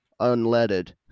unleaded